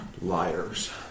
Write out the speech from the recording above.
liars